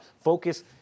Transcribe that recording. focus